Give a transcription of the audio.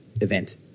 event